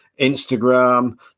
Instagram